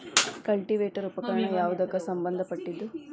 Cultivator ಉಪಕರಣ ಯಾವದಕ್ಕ ಸಂಬಂಧ ಪಟ್ಟಿದ್ದು?